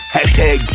Hashtag